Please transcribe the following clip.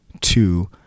two